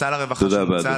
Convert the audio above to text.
תודה רבה, אדוני.